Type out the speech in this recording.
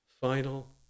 final